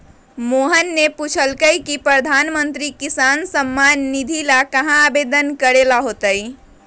मोहन ने पूछल कई की प्रधानमंत्री किसान सम्मान निधि ला कहाँ आवेदन करे ला होतय?